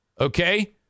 Okay